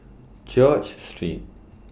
George Street